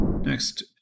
Next